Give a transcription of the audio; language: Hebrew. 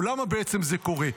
למה בעצם זה קורה?